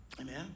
Amen